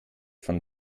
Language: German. von